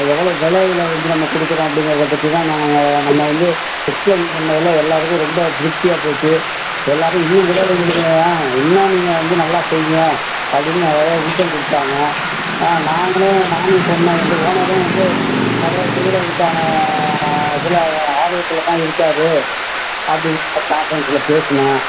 எவ்வளோ விலையில் வந்து நம்ம கொடுக்கறோம் அப்படிங்கிறத பற்றி தான் நான் அங்கே நம்ம வந்து எக்ஸ்ப்ளைன் பண்ணதில் எல்லோருக்கும் ரொம்ப திருப்தியாக போச்சு இப்போ எல்லோரும் இன்னும் கூட எங்களுக்கு ஆ இன்னும் நீங்கள் வந்து நல்லா செய்யுங்க அப்படின்னு நிறையா ஊக்கம் கொடுத்தாங்க ஆ நாங்களும் நானும் சொன்னேன் எங்கள் ஓனரூம் வந்து நிறைய செய்கிறதுக்கான இதில் ஆர்வத்தில் தான் இருக்காரு அப்படின்னு பேசுனேன்